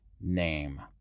name